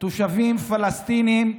תושבים פלסטינים,